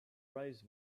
raised